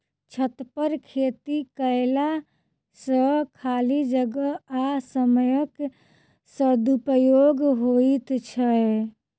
छतपर खेती कयला सॅ खाली जगह आ समयक सदुपयोग होइत छै